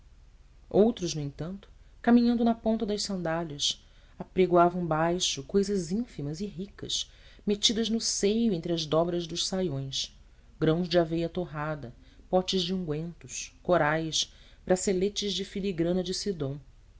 outras no entanto caminhando na ponta das sandálias apregoavam baixo cousas ínfimas e ricas metidas no seio entre as dobras dos saiões grãos de aveia torrada potes de ungüentos corais braceletes de filigrana de